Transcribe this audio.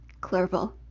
Clerval